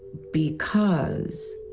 because,